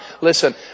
listen